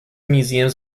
museums